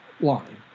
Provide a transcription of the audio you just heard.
line